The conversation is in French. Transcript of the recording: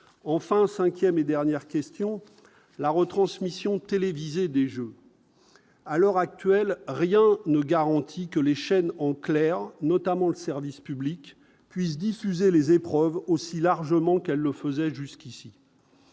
enfin 5ème et dernière question, la retransmission télévisée des Jeux, à l'heure actuelle, rien ne garantit que les chaînes en clair, notamment le service public puisse diffuser les épreuves aussi largement qu'elle le faisait jusqu'ici.